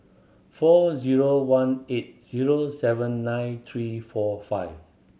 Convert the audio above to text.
four zero one eight zero seven nine three four five